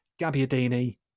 Gabbiadini